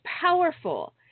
powerful